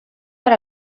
per